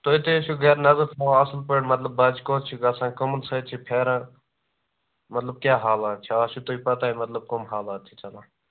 تُہۍ تہِ ٲسِو گَرِ نَطر تھاوان اصٕل پٲٹھۍ مطلب بَچہِ کوٛت چھِ گَژھان کٕمَن سۭتۍ چھِ پھیران مطلب کیٛاہ حالات چھِ اَز چھُ تۄہہِ پَتاہ مطلب کٕم حالات چھِ چَلان